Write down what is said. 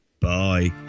Bye